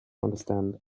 understand